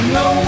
no